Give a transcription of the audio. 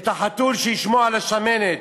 את החתול שישמור על השמנת.